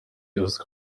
used